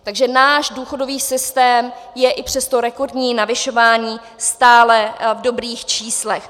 Takže náš důchodový systém je i přes rekordní navyšování stále v dobrých číslech.